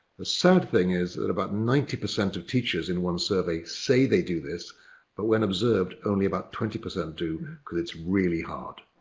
the sad thing is that about ninety percent of teachers in one survey say they do this but when observed only about twenty percent do because it's really hard.